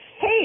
Hey